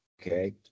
Okay